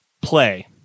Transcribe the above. play